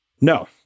No